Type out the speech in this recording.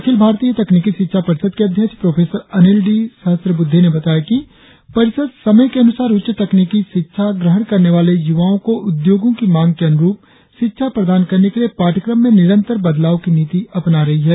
अखिल भारतीय तकनिकी शिक्षा परिषद के अध्यक्ष प्रोफेसर अनिल डी सहश्रबुद्धे ने बताया कि परिषद समय के अनुसार उच्च तकनिकी शिक्षा ग्रहण करने वाले युवाओं को उद्योगो की मांग की अनुरुप शिक्षा प्रदान करने के लिए पाठ्यक्रम में निरंतर बदलाव की नीति अपना रही है